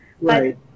Right